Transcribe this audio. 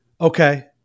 Okay